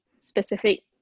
specific